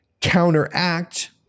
counteract